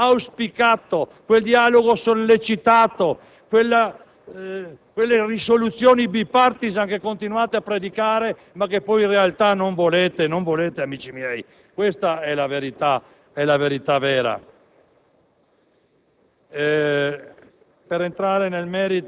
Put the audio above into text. che speravamo fosse veramente il dialogo auspicato e sollecitato, insieme a quelle risoluzioni *bipartisan* che continuate a predicare ma che poi in realtà non volete, amici miei. Questa è la reale verità. Per